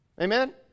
Amen